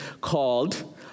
called